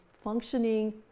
functioning